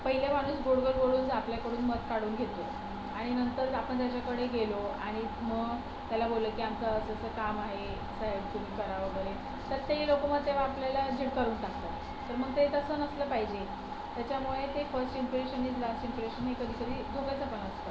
पहिले माणूस गोड गोड बोलून जर आपल्याकडून मत काढून घेतो आणि नंतर आपण त्याच्याकडे गेलो आणि मग त्याला बोललो की आमचं असं असं काम आहे साहेब तुम्ही करा वगैरे तर ते लोक मग तेव्हा आपल्याला झिडकारून टाकतात तर मग ते तसं नसलं पाहिजे त्याच्यामुळे ते first impression is last impression हे कधी कधी धोक्याचं पण असतं